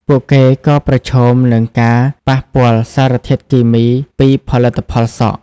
ពួកគេក៏ប្រឈមនឹងការប៉ះពាល់សារធាតុគីមីពីផលិតផលសក់។